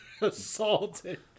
assaulted